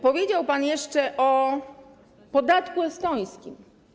Powiedział pan jeszcze o podatku estońskim.